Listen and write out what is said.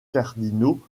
cardinaux